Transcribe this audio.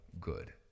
good